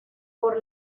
por